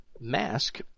Mask